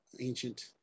ancient